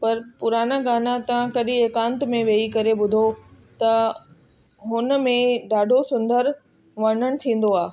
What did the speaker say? पर पुराणा गाना तव्हां कॾहिं एकांत में वेही करे ॿुधो त हुनमें ॾाढो सुंदर वर्णन थींदो आहे